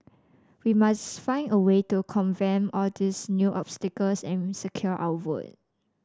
we must find a way to circumvent all these new obstacles and secure our votes